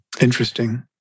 Interesting